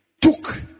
took